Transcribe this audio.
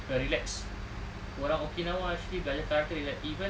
the relax orang okinawa actually belajar karate like even